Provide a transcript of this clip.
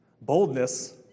Boldness